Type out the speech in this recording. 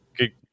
Okay